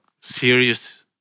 serious